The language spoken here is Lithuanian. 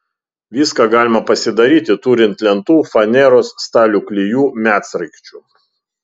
viską galima pasidaryti turint lentų faneros stalių klijų medsraigčių